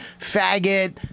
faggot